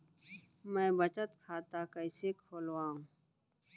मै बचत खाता कईसे खोलव?